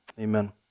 Amen